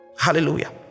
Hallelujah